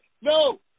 No